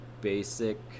basic